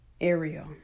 Ariel